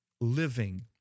living